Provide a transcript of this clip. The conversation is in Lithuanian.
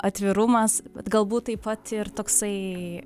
atvirumas bet galbūt taip pat ir toksai